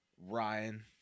Ryan